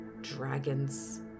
dragons